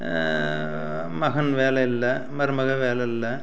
மகன் வேலை இல்லை மருமகள் வேலை இல்லை